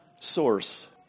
source